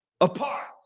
apart